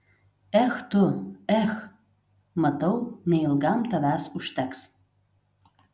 ech tu ech matau neilgam tavęs užteks